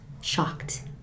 shocked